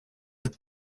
the